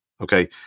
Okay